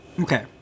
Okay